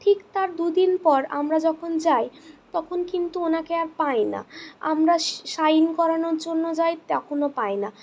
ঠিক তার দুদিন পর আমরা যখন যাই তখন কিন্তু ওনাকে আর পাই না আমরা সাইন করানোর জন্য যাই তখনও পাই না